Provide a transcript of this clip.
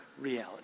reality